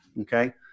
Okay